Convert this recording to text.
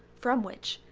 from which,